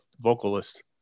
vocalist